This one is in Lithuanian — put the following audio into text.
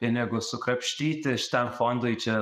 pinigus sukrapštyti šitam fondui čia